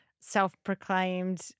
self-proclaimed